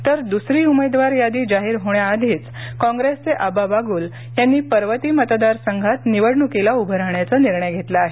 तर दुसरी उमेदवार यादी जाहीर होण्याआधीच काँग्रेसचे आबा बाग्ल यांनी पर्वती मतदारसंघात निवडण्कीला उभं राहण्याचा निर्णय घेतला आहे